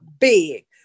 big